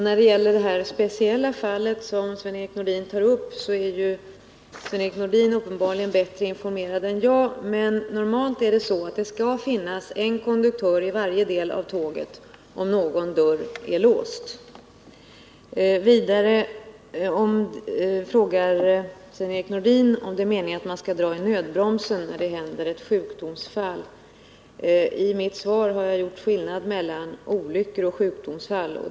När det gäller det speciella fall Sven-Erik Nordin tar upp är han bättre informerad än jag. Normalt skall det finnas en konduktör i varje del av tåget om någon dörr är låst. Vidare frågar Sven-Erik Nordin om det är meningen att man skall dra i nödbromsen när det inträffar ett sjukdomsfall. I mitt svar har jag gjort skillnad mellan olyckor och sjukdomsfall.